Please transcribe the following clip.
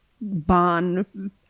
barn